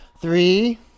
Three